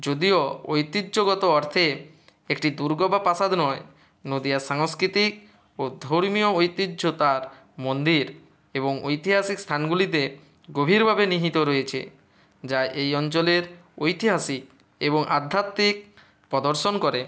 যদিও ঐতিহ্যগত অর্থে একটি দুর্গ বা প্রাসাদ নয় নদীয়ার সাংস্কৃতিক ও ধর্মীয় ঐতিহ্য তার মন্দির এবং ঐতিহাসিক স্থানগুলিতে গভীরভাবে নিহিত রয়েচে যা এই অঞ্চলের ঐতিহাসিক এবং আধ্যাত্মিক পদর্শন করে